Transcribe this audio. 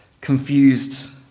confused